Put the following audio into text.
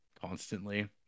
constantly